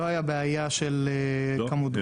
לא הייתה בעיה של כמות גז?